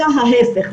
אלא ההיפך,